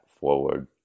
forward